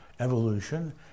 evolution